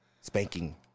spanking